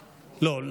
לא.